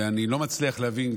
ואני לא מצליח להבין,